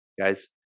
Guys